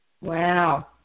Wow